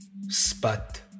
Spat